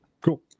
Cool